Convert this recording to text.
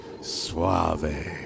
Suave